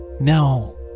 No